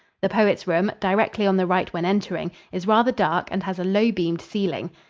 the poet's room, directly on the right when entering, is rather dark, and has a low-beamed ceiling.